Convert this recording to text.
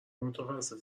متخصص